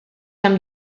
hemm